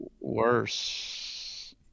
worse